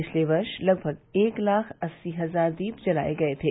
पिछले वर्ष लगभग एक लाख अस्सी हजार दीप जलाये गये थे